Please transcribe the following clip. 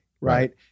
Right